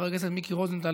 חבר הכנסת מיקי רוזנטל,